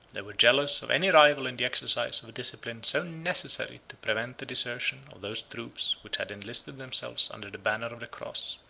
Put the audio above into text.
they were jealous of any rival in the exercise of a discipline so necessary to prevent the desertion of those troops which had enlisted themselves under the banner of the cross,